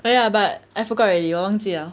oh ya but I forgot already 我忘记了